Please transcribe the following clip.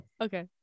Okay